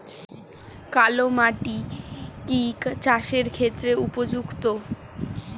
কালো মাটি কি চাষের ক্ষেত্রে উপযুক্ত?